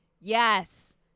Yes